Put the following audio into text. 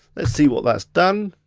let's see what that's done.